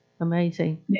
Amazing